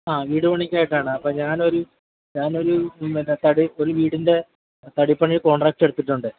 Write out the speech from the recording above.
ആ വീടുപണിക്കായിട്ടാണ് അപ്പോള് ഞാനൊരു ഞാനൊരു മറ്റെ തടി ഫുൾ വീടിൻ്റെ തടിപ്പണി കോൺട്രാക്റ്റ് എടുത്തിട്ടുണ്ടേ